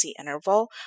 interval